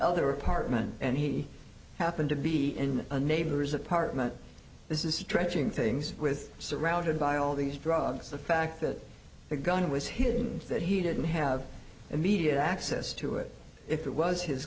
other apartment and he happened to be in a neighbor's apartment this is stretching things with surrounded by all these drugs the fact that the gun was hidden that he didn't have immediate access to it if it was his